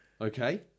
okay